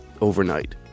overnight